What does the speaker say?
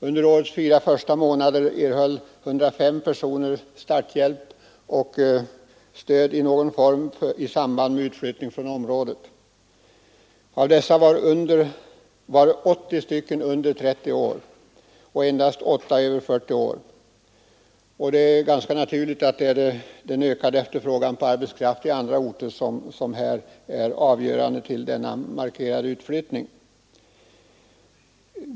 Under årets fyra första månader erhöll 105 personer statshjälp och arbetsmarknadsstöd i någon form i samband med utflyttning från området. Av dessa var 80 under 30 år och endast åtta över 40 år. Det är ganska naturligt att det är den ökade efterfrågan på arbetskraft på andra orter som är avgörande för denna markerade utflyttning.